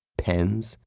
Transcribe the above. pens,